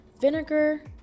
vinegar